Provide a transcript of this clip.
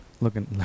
looking